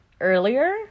earlier